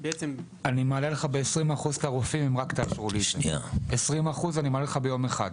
אני מעלה לך את מספר הרופאים בכ-20% ביום אחד,